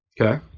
Okay